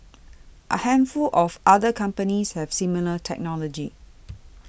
a handful of other companies have similar technology